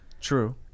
True